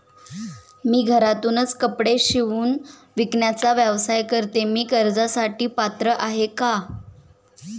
मी घरातूनच कपडे शिवून विकण्याचा व्यवसाय करते, मी कर्जासाठी पात्र आहे का?